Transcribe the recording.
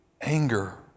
anger